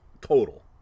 Total